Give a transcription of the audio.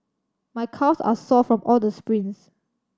my calves are sore from all the sprints